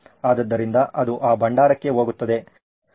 ಆದ್ದರಿಂದ ಅದು ಆ ಭಂಡಾರಕ್ಕೆ ಹೋಗುತ್ತದೆ